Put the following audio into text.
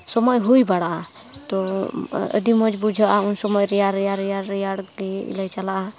ᱥᱚᱢᱚᱭ ᱦᱩᱭ ᱵᱟᱲᱟᱜᱼᱟ ᱛᱚ ᱟᱹᱰᱤ ᱢᱚᱡᱽ ᱵᱩᱡᱷᱟᱹᱜᱼᱟ ᱩᱱ ᱥᱚᱢᱚᱭ ᱨᱮᱭᱟᱲ ᱨᱮᱭᱟᱲ ᱜᱮ ᱞᱮ ᱪᱟᱞᱟᱜᱼᱟ